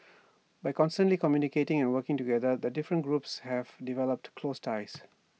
by constantly communicating and working together the different groups have developed close ties